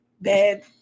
bad